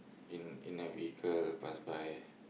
in in the vehicle pass by